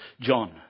John